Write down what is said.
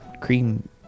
Cream